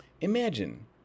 Imagine